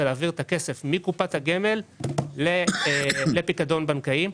שהיא להעביר את הכסף מקופת הגמל לפיקדון בנקאי.